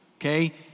okay